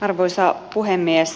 arvoisa puhemies